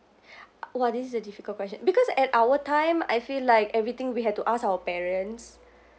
!wah! this is a difficult question because at our time I feel like everything we had to ask our parents